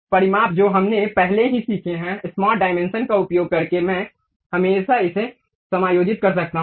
परिमाप जो हमने पहले ही सीखे हैं स्मार्ट डायमेंशन का उपयोग करके मैं हमेशा इसे समायोजित कर सकता हूं